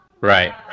Right